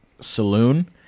saloon